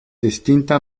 estinta